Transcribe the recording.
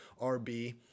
RB